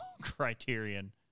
criterion